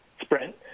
sprint